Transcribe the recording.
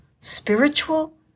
spiritual